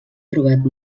trobat